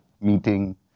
meeting